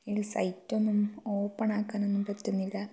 അതിൽ സൈറ്റൊന്നും ഓപ്പണാക്കാനൊന്നും പറ്റുന്നില്ല